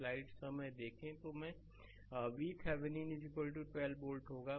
slide समय देखें 1016 तो मैं VThevenin 12 वोल्ट होगा